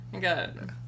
Good